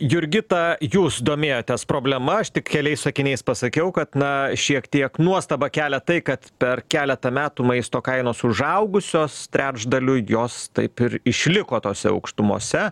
jurgita jūs domėjotės problema aš tik keliais sakiniais pasakiau kad na šiek tiek nuostabą kelia tai kad per keletą metų maisto kainos užaugusios trečdaliui jos taip ir išliko tose aukštumose